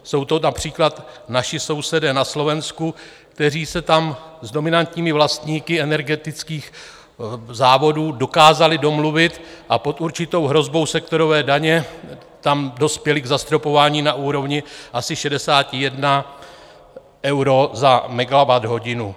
Jsou to například naši sousedé na Slovensku, kteří se tam s dominantními vlastníky energetických závodů dokázali domluvit a pod určitou hrozbou sektorové daně tam dospěli k zastropování na úrovni asi 61 eur za megawatthodinu.